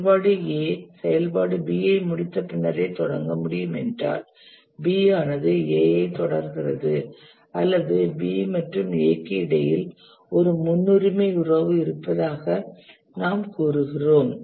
செயல்பாடு A செயல்பாடு B ஐ முடித்த பின்னரே தொடங்க முடியும் என்றால் B ஆனது A ஐ தொடர்கிறது அல்லது B மற்றும் A க்கு இடையில் ஒரு முன்னுரிமை உறவு இருப்பதாக நாம் கூறுகிறோம்